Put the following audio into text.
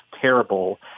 terrible